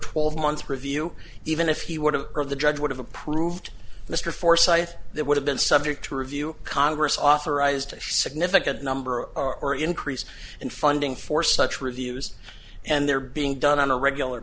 twelve months review even if he would have the judge would have approved mr forsyth that would have been subject to review congress authorized if significant number or increase in funding for such reviews and they're being done on a regular